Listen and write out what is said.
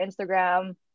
Instagram